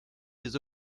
les